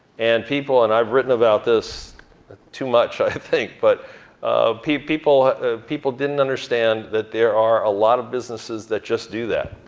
and people, and i've written about this too much i think, but people people didn't understand that there are a lot of businesses that just do that.